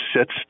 sits